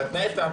בתנאי ת"ש.